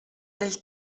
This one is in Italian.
del